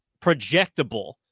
projectable